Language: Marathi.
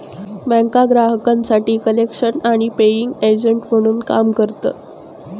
बँका ग्राहकांसाठी कलेक्शन आणि पेइंग एजंट म्हणून काम करता